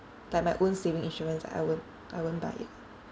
like my own saving insurance I won't I won't buy it